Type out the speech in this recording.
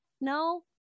No